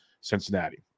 Cincinnati